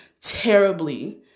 terribly